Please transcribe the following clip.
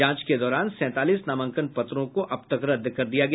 जांच के दौरान सैंतालीस नामांकन पत्रों को रद्द कर दिया गया